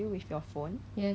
maybe it's dirtier than